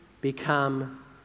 become